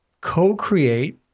co-create